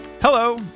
Hello